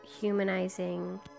humanizing